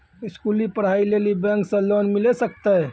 स्कूली पढ़ाई लेली बैंक से लोन मिले सकते?